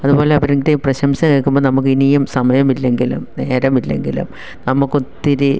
അതുപോലെ അവരിൻ്റെ പ്രശംസ കേൾക്കുമ്പം നമുക്കിനിയും സമയമില്ലെങ്കിലും നേരമില്ലെങ്കിലും നമുക്കൊത്തിരി